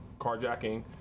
carjacking